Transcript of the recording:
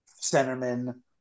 centerman